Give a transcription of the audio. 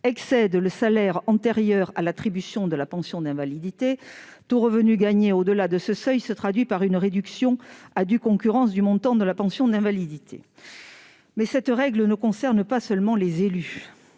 excède le salaire antérieur à l'attribution de la pension d'invalidité, tout revenu gagné au-delà de ce seuil se traduit par une réduction à due concurrence du montant de la pension d'invalidité. Mais cette règle ne concerne pas seulement les élus.